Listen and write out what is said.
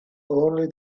only